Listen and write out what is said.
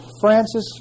Francis